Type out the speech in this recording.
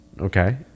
Okay